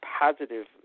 positive